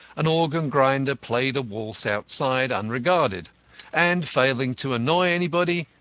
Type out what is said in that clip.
an organ-grinder played a waltz outside, unregarded and, failing to annoy anybody,